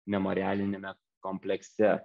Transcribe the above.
memorialiniame komplekse